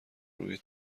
روی